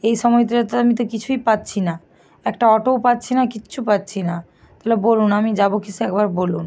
এই সময়তে তো আমি তো কিছুই পাচ্ছি না একটা অটোও পাচ্ছি না কিচ্ছু পাচ্ছি না তালে বলুন আমি যাবো কীসে একবার বলুন